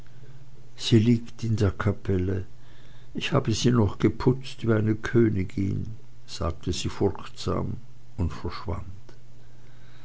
sie liegt in der kapelle ich habe sie noch geputzt wie eine königin sagte sie furchtsam und verschwand